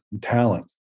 talent